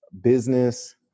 business